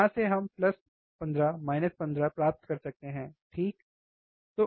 यहाँ से हम प्लस 15 माइनस 15 प्राप्त कर सकते हैं ठीक है